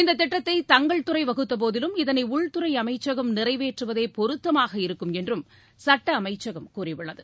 இந்தத் திட்டத்தை தங்கள் துறை வகுத்தபோதிலும் இதனை உள்துறை அமைச்சகம் நிறைவேற்றுவதே பொருத்தமாக இருக்குமென்றும் சட்ட அமைச்சகம் கூறியுள்ளது